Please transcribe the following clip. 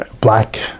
black